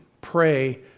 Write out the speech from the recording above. Pray